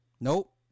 Nope